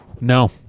no